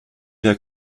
der